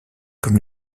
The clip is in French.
comme